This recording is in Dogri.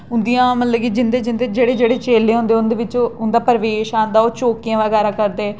उं'दियां मतलब कि जिं'दे जिं'दे जेह्ड़े जेह्ड़े चेल्ले होंदे उं'दे बिच उं'दा प्रवेश औंदा ओह् चौकियां बगैरा करदे